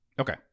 Okay